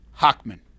Hockman